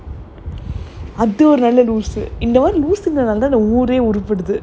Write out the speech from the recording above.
hello meera அத்த உங்களுக்கு பையனா செம்ம லூசு மாரி அது பண்ணுது:aththa ungalukku paiyanaa semma loosu maari athu pannuthu